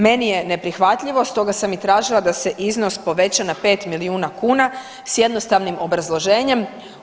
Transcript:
Meni je neprihvatljivo, stoga sam i tražila da se iznos poveća na 5 milijuna kuna s jednostavnim obrazloženjem.